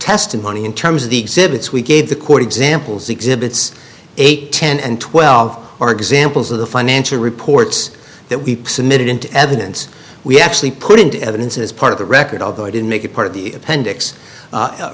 testimony in terms of the exhibits we gave the court examples exhibits eight ten and twelve are examples of the financial reports that weeps admitted into evidence we actually put into evidence as part of the record although i didn't make it part of the appendix